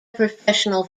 professional